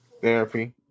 Therapy